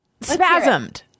spasmed